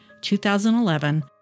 2011